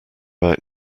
out